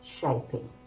shaping